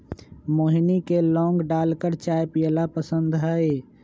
मोहिनी के लौंग डालकर चाय पीयला पसंद हई